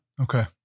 okay